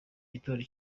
gitondo